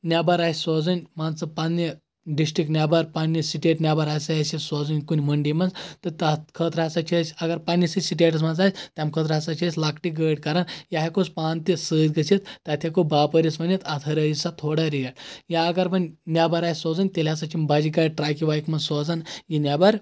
نیٚبر آسہِ سوزٕنۍ مان ژٕ پَنٕنہِ ڈسٹرک نیٚبر پَنٕنہِ سِٹیٹ نیٚبر ہسا آسہِ یہِ سوزٕنۍ کُنہِ مٔنٛڈی منٛز تہٕ تَتھ خٲطرٕ ہسا چھِ أسۍ اَگر پنٕنِسٕے سِٹیٹس منٛز آسہِ تَمہِ خٲطرٕ ہسا چھِ أسۍ لۄکٹی گٲڈۍ کران یا ہٮ۪کہٕ ہوس پانہٕ تہِ سۭتۍ گٔژھتھ تَتہِ ہٮ۪کو باپٲرِس ؤنِتھ اَتھ ہُرٲیو سا تھوڑا ریٹ یا اَگر وۄنۍ نیٚبر آسہِ سوزٕنۍ تیٚلہِ ہسا چھ یِم بَجہِ گاڈِ ٹرکہِ وَکہِ منٛز سوزان یہِ نیٚبر